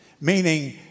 meaning